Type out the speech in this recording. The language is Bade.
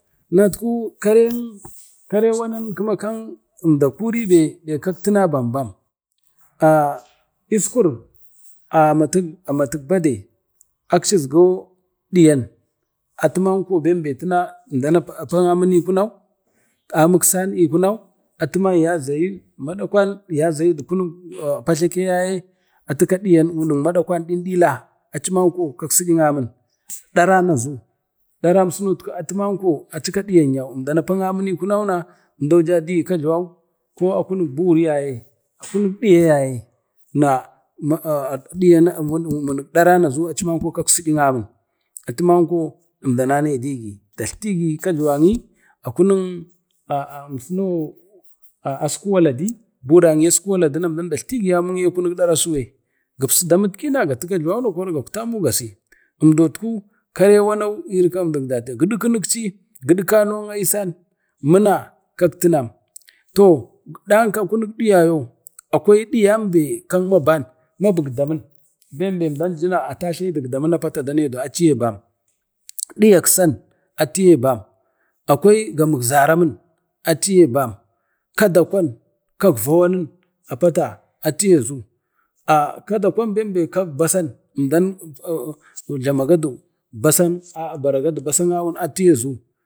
Nat ku kare wanan kama kang əmda kuribe deng kak tina bembam aa eskur aaamatik bade akcizgo diyan atu manko bembe tina emda na pak amin kunau amik san ekunau atu man azayi madakwan dukunek pajlake yaye atu ka diyan wunik madakwan dindila aci manko kak seyik amin daran azu daran sino atu atu manko acika ɗiyaryau emda nang pak amin i kunau ne əmdau jadigi kajluwanna ko akunuk buguruyaye to diyan yaye na diaa wunik ɗaran azu aciman kaksiyiu amin. atimanko əmdau anedigi ni datlegi kajluwa yin kunik aa emsuno asku waladi buguran esku waladin emdan dani datltigi amunuye akunik arasuye gipsu damitki gati kajlawan gakta amin gasi emdot ku karik wano kare wanau irek kak emdak daten emci giɗkwara non aisan mina kak tinam to danka kunek diyan akwai diyan be kak maban mabikdamin bembe emdan jina a atatle duk damin a pata danidu aciye bam, diyak san atuye bam, akwai gamukzaramin atiye bam, kadakwan kaka vawanim a pata atiye aa, kadakwan benbe kan basan əmdau jlamgadu bara gadu basan awu atiye azu,